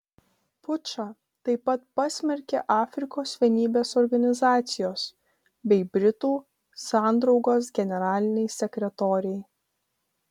pučą taip pat pasmerkė afrikos vienybės organizacijos bei britų sandraugos generaliniai sekretoriai